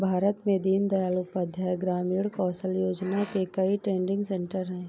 भारत में दीन दयाल उपाध्याय ग्रामीण कौशल योजना के कई ट्रेनिंग सेन्टर है